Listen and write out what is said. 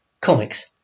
comics